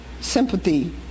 sympathy